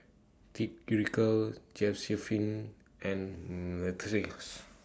Tyrique Josiephine and Matthias